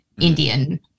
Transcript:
Indian